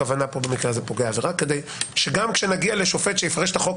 הכוונה במקרה הזה לפוגע העבירה כדי שגם כשנגיע לשופט שיפרש את החוק,